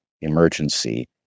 emergency